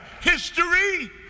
history